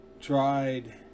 tried